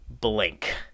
blink